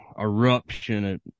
eruption